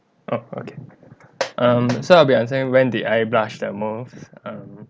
oh okay um so I'll be saying when did I blush the most um